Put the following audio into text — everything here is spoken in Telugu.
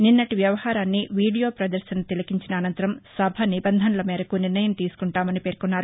నిన్నటి వ్యవహారాన్ని వీడియోప్రదర్శన తిలకించిన అనంతరం సభ నిబంధనల మేరకు నిర్ణయం తీసుకుంటామని పేర్కొన్నారు